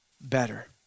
better